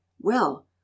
Well